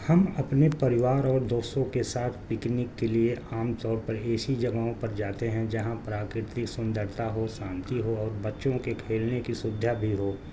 ہم اپنے پریوار اور دوستوں کے ساتھ پکنک کے لیے عام طور پر ا سسی جگہوں پر جاتے ہیں جہاں پراکرتک سندرتا ہو سانتی ہو اور بچوں کے کھیلنے کی سدھا بھی ہو